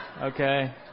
Okay